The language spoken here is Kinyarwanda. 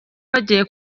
bagiye